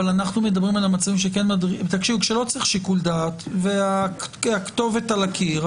אנחנו מדברים על המצבים כשלא צריך שיקול דעת והכתובת על הקיר,